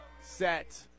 set